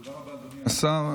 תודה רבה, אדוני השר.